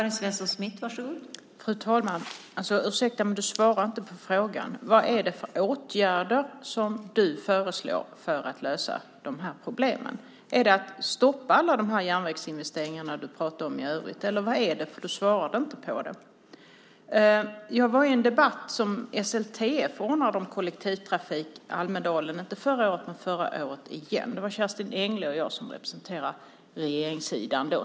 Fru talman! Ursäkta, Gunnar Andrén, men du svarade inte på frågan. Vad är det för åtgärder som du föreslår för att lösa de här problemen? Är det att stoppa alla de järnvägsinvesteringar du pratar om i övrigt? Vad är det? Du svarade inte på det. Jag var i en debatt som SLTF ordnade om kollektivtrafik i Almedalen, inte förra året men förrförra. Det var Kerstin Engle och jag som representerade regeringssidan då.